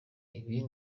ibi